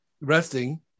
resting